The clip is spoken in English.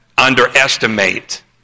underestimate